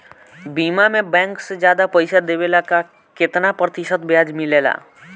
बीमा में बैंक से ज्यादा पइसा देवेला का कितना प्रतिशत ब्याज मिलेला?